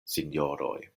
sinjoroj